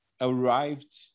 arrived